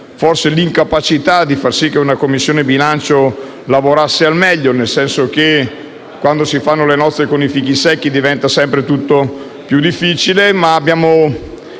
forse con l'incapacità di far sì che la Commissione bilancio lavorasse al meglio, nel senso che quando si fanno le nozze con i fichi secchi diventa sempre tutto più difficile; ma abbiamo